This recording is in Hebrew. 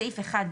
בסעיף 1,